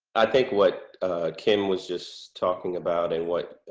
i think what kim was just talking about and what